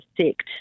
sect